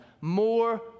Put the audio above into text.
more